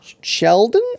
Sheldon